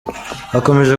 hakomeje